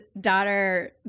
daughter